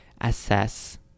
assess